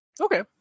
Okay